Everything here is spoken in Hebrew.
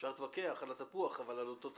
אפשר להתווכח על התפוח, אבל על אותו תפוח.